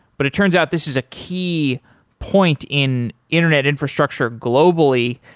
but it turns out this is a key point in internet infrastructure globally.